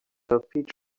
features